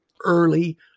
early